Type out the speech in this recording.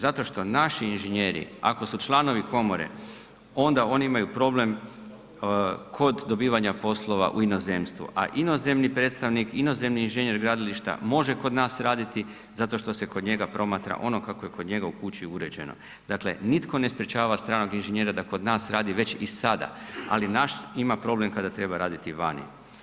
Zato što naši inženjeri, ako su članovi komore, onda oni imaju problem kod dobivanja poslova u inozemstvu, a inozemni predstavnik, inozemni inženjer gradilišta može kod nas raditi zato što se kod njega promatra ono kako je kod njega u kući uređeno, dakle nitko ne sprječava stranog inženjera da kod nas radi već i sada, ali naš ima problem kada treba raditi vani.